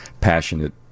passionate